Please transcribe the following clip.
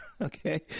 Okay